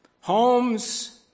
homes